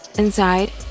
Inside